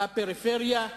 בפריפריה,